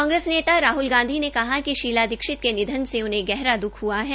कांग्रेस नेता राहल गांधी ने कहा कि शीला दीक्षित के निधन से उन्हें गहरा दुख हुआ है